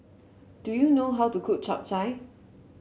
do you know how to cook Chap Chai